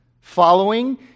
following